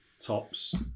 tops